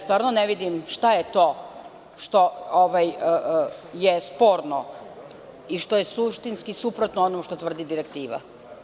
Stvarno ne vidim šta je to što je sporno i što je suštinski suprotno onome što tvrdi direktiva?